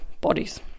bodies